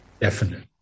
definite